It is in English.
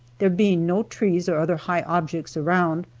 there being no trees or other high objects around,